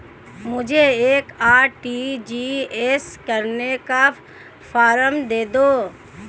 मुझे एक आर.टी.जी.एस करने का फारम दे दो?